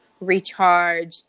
recharge